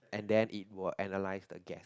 and then it will analyze the gas